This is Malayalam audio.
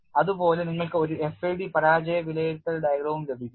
അതുപോലെ നിങ്ങൾക്ക് ഒരു FAD പരാജയം വിലയിരുത്തൽ ഡയഗ്രം ലഭിക്കും